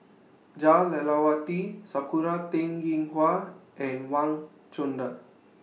Jah Lelawati Sakura Teng Ying Hua and Wang Chunde